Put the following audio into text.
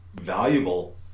valuable